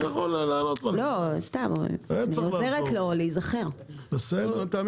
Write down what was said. לא סתם, אני עוזרת לו להיזכר.